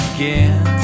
Again